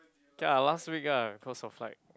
okay ah last week ah cause of like